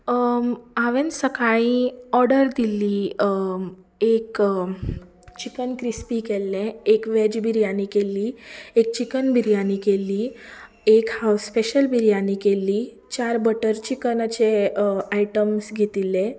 हांवें सकाळी ऑर्डर दिल्ली एक चिकन क्रिस्पी केल्लें एक वॅज बिर्यानी केल्ली एक चिकन बिर्यानी केल्ली एक हावज स्पेशल बिर्यानी केल्ली चार बटर चिकनाचे आयट्म्स घेतिल्ले